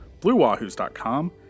BlueWahoos.com